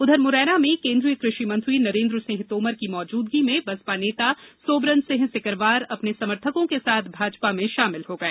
उधर मुरैना में केन्द्रीय कृषि मंत्री नरेन्द्र सिंह तोमर की मौजूदगी में बसपा नेता सोबरन सिंह सिकरवार अपने समर्थकों के साथ भाजपा में शामिल हो गए